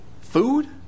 food